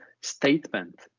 statement